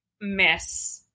miss